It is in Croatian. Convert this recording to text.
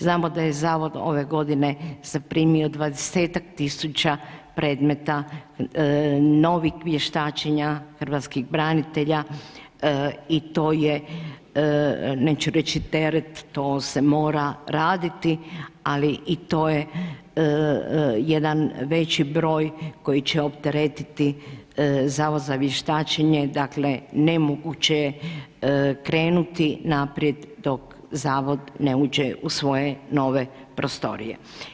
Znamo da je Zavod ove godine zaprimio 20-ak tisuća predmeta novih vještačenja hrvatskih branitelja i to je neću reći teret, to se mora raditi ali i to je jedan veći broj koji će opteretiti Zavod za vještačenje, dakle nemoguće je krenuti naprijed dok Zavod ne uđe u svoje nove prostorije.